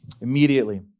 Immediately